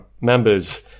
members